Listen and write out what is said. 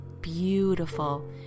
beautiful